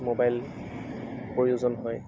mobile প্ৰয়োজন হয়